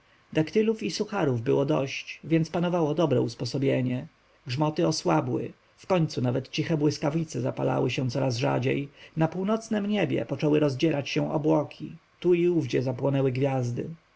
daktylów i sucharów było dosyć więc panowało dobre usposobienie grzmoty osłabły ciche błyskawice zapalały się coraz rzadziej na północnem niebie poczęły rozdzierać się obłoki tu i owdzie zapłonęły gwiazdy